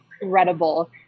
incredible